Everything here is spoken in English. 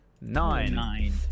Nine